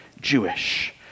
Jewish